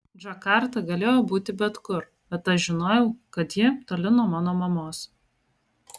džakarta galėjo būti bet kur bet aš žinojau kad ji toli nuo mano mamos